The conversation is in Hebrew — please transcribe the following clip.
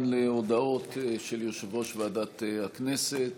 אנחנו עוברים מכאן להודעות של יושב-ראש ועדת הכנסת